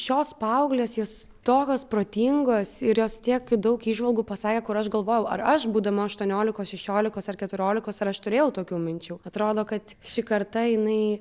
šios paauglės jos tokios protingos ir jos tiek daug įžvalgų pasakė kur aš galvojau ar aš būdama aštuoniolikos šešiolikos ar keturiolikos ar aš turėjau tokių minčių atrodo kad ši karta jinai